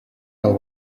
know